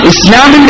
Islam